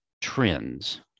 trends